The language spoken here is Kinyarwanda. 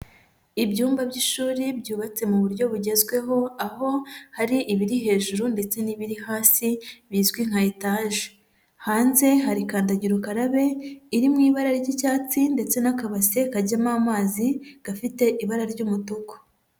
Ibyumba by'ishuri byubatse mu buryo bugezweho, aho hari ibiri hejuru ndetse n'ibiri hasi, bizwi nka etaje. Hanze hari kandagira ukarabe iri mu ibara ry'icyatsi ndetse n'akabase kajyamo amazi, gafite ibara ry'umutuku.